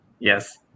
Yes